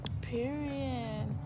Period